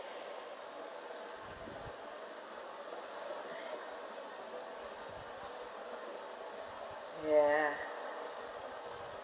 ya